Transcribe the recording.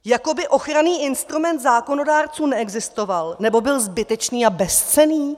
Jako by ochranný instrument zákonodárců neexistoval, nebo byl zbytečný a bezcenný?